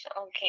Okay